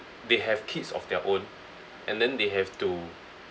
they have kids of their own and then they have to